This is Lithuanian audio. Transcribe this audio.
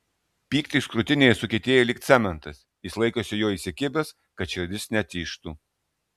pyktis krūtinėje sukietėja lyg cementas jis laikosi jo įsikibęs kad širdis netižtų